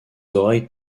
oreilles